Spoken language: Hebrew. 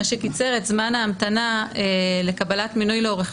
מה שקיצר את זמן ההמתנה לקבלת מינוי לעורך